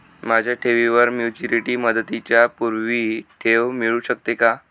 माझ्या ठेवीवर मॅच्युरिटी मुदतीच्या पूर्वी ठेव मिळू शकते का?